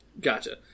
Gotcha